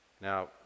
now